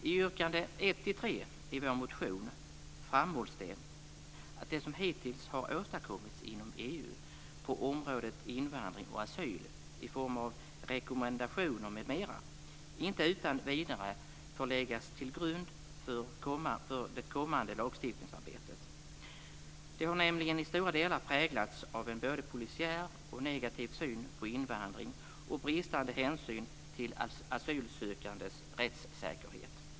I yrkandena 1-3 i vår motion framhålls det att det som hittills har åstadkommits inom EU på området invandring och asyl i form av rekommendationer m.m. inte utan vidare får läggas till grund för det kommande lagstiftningsarbetet. Det har nämligen till stora delar präglats av en både polisiär och negativ syn på invandring och bristande hänsyn till asylsökandes rättssäkerhet.